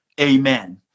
amen